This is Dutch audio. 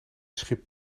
schip